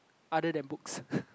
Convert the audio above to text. other than books